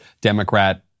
Democrat